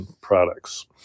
products